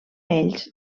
ells